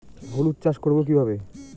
হলুদ চাষ করব কিভাবে?